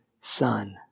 son